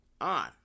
on